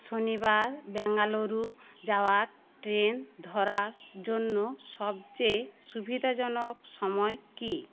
শনিবার বেঙ্গালুরু যাওয়ার ট্রেন ধরার জন্য সবচেয়ে সুবিধাজনক সময় কী